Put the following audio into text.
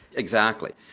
exactly.